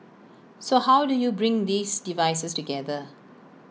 so how do you bring these devices together